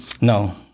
No